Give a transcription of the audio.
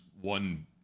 one